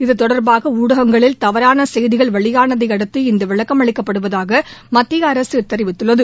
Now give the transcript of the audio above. இது தொடர்பாக ஊடகங்களில் தவறான செய்திகள் வெளியானதை அடுத்து இந்த விளக்கம் அளிக்கப்படுவதாக மத்திய அரசு தெரிவித்துள்ளது